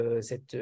cette